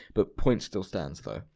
but point still stands though.